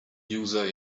user